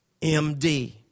MD